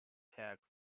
checks